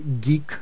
geek